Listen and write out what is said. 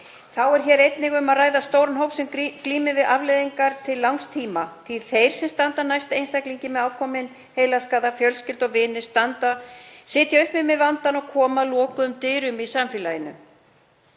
Þá er einnig um að ræða stóran hóp sem glímir við afleiðingar til langs tíma því að þeir sem standa næst einstaklingi með ákominn heilaskaða, fjölskylda og vinir, sitja uppi með vandann og koma að lokuðum dyrum í samfélaginu.